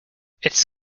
its